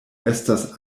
estas